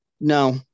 No